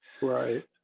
Right